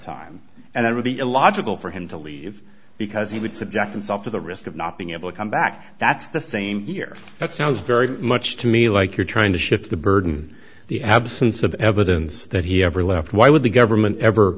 time and i would be illogical for him to leave because he would subject himself to the risk of not being able to come back that's the same here that sounds very much to me like you're trying to shift the burden the absence of evidence that he ever left why would the government ever